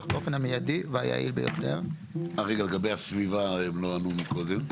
באופן המיידי והיעיל ביותר; לגבי הסביבה אמרנו מקודם.